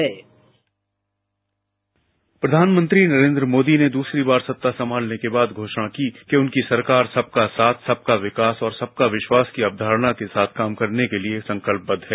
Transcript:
sound bite प्रधानमंत्री नरेंद्र मोदी ने दूसरी बार सत्ता संभालने के बाद घोषणा की कि उनकी सरकार सबका साथ सबका विकास और सबका विश्वास की अवधारणा के साथ काम करने के लिए संकल्पबद्ध है